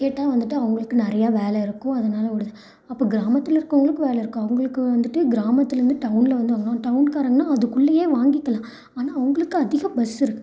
கேட்டால் வந்துட்டு அவங்களுக்கு நிறையா வேலை இருக்கும் அதனால் ஓடுது அப்போ கிராமத்தில் இருக்கறவுங்களுக்கும் வேலை இருக்கும் அவங்களுக்கு வந்துட்டு கிராமத்துலேருந்து டவுனில் வந்தாங்க டவுன்காரங்கனா அதுக்குள்ளையே வாங்கிக்கலாம் ஆனால் அவங்களுக்கு அதிக பஸ் இருக்குது